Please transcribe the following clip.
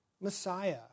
Messiah